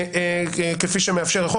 כפי שמאפשר החוק.